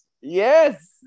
Yes